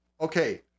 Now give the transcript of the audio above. Okay